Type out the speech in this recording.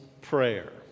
prayer